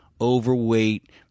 overweight